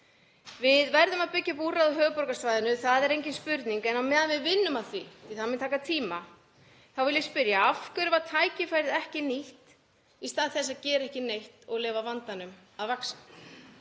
Við verðum að byggja upp úrræði á höfuðborgarsvæðinu, það er engin spurning. En á meðan við vinnum að því, því það mun taka tíma, þá vil ég spyrja: Af hverju var tækifærið ekki nýtt í stað þess að gera ekki neitt og leyfa vandanum að vaxa?